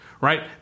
right